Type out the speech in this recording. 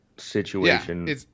situation